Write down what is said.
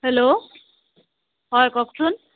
hello হয় কওকচোন